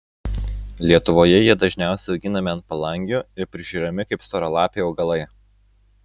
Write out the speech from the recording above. lietuvoje jie dažniausiai auginami ant palangių ir prižiūrimi kaip storalapiai augalai